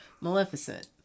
Maleficent